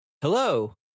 Hello